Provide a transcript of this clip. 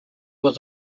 was